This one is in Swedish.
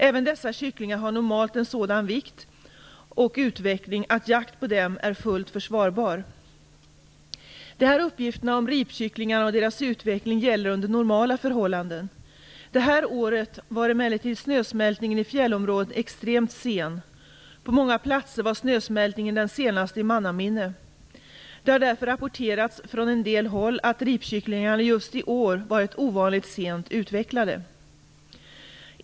Även dessa kycklingar har normalt en sådan vikt och utveckling att jakt på dem är fullt försvarbar. De här uppgifterna om ripkycklingarna och deras utveckling gäller under normala förhållanden. Det här året var emellertid snösmältningen i fjällområdet extremt sen. På många platser var snösmältningen den senaste i mannaminne. Det har därför rapporterats från en del håll att ripkycklingarna just i år varit ovanligt sent utvecklade.